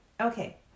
Okay